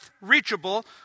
reachable